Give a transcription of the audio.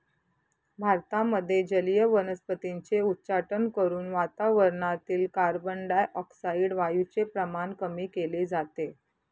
भारतामध्ये जलीय वनस्पतींचे उच्चाटन करून वातावरणातील कार्बनडाय ऑक्साईड वायूचे प्रमाण कमी केले जाते